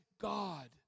God